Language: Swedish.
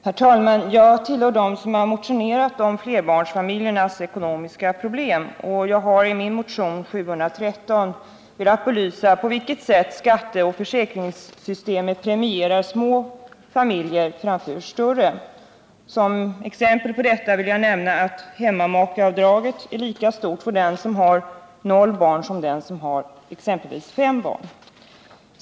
Herr talman! Jag tillhör dem som har motionerat om flerbarnsfamiljernas ekonomiska problem. Jag har i min motion 713 velat belysa på vilket sätt skatteoch försäkringssystemet premierar små familjer framför större. Som exempel på detta vill jag nämna att hemmamakeavdraget är lika stort för den som har noll barn som för den som har exempelvis fem barn.